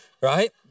right